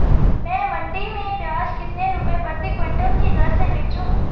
मैं मंडी में प्याज कितने रुपये प्रति क्विंटल की दर से बेचूं?